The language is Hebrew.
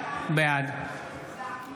בעד